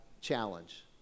challenge